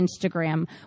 Instagram